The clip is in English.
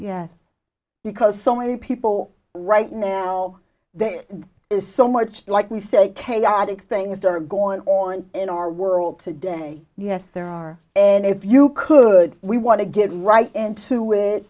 yes because so many people right now there is so much like we say chaotic things that are going on in our world today yes there are and if you could we want to get right into wit